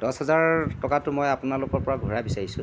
দহ হেজাৰ টকাটো মই আপোনালোকৰপৰা ঘূৰাই বিচাৰিছোঁ